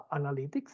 analytics